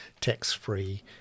tax-free